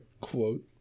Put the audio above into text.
quote